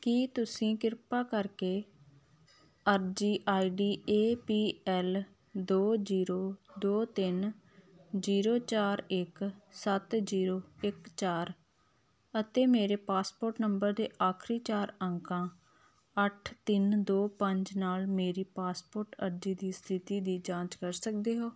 ਕੀ ਤੁਸੀਂ ਕਿਰਪਾ ਕਰਕੇ ਅਰਜ਼ੀ ਆਈਡੀ ਏ ਪੀ ਐਲ ਦੋ ਜ਼ੀਰੋ ਦੋ ਤਿੰਨ ਜ਼ੀਰੋ ਚਾਰ ਇੱਕ ਸੱਤ ਜ਼ੀਰੋ ਇੱਕ ਚਾਰ ਅਤੇ ਮੇਰੇ ਪਾਸਪੋਰਟ ਨੰਬਰ ਦੇ ਆਖਰੀ ਚਾਰ ਅੰਕਾਂ ਅੱਠ ਤਿੰਨ ਦੋ ਪੰਜ ਨਾਲ ਮੇਰੀ ਪਾਸਪੋਰਟ ਅਰਜ਼ੀ ਦੀ ਸਥਿਤੀ ਦੀ ਜਾਂਚ ਕਰ ਸਕਦੇ ਹੋ